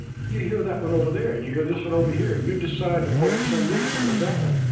you hear that one over there, and you hear this one over here, and you decide to focus on this one, or that one.